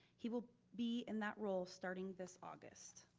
he will be in that role starting this august.